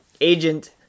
agent